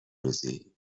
روزی